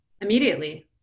immediately